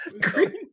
Green